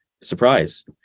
Surprise